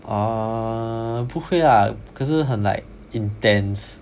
err 不会 lah 可是很 like intense